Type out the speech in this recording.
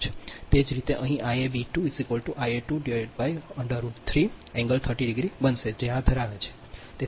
તે જ રીતે અહીં Iab2 Ia23∠30° બનશે જે આ ધરાવે છે